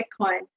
Bitcoin